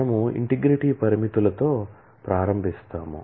మనము ఇంటిగ్రిటీ పరిమితులతో ప్రారంభిస్తాము